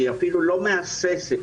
היא אפילו לא מהססת,